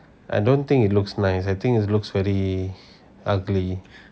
I don't think it looks nice I think it looks very ugly